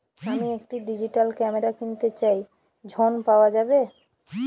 আমি একটি digital camera কিনতে চাই ঝণ পাওয়া যাবে?